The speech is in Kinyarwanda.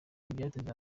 ntibyatinze